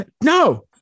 No